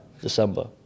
December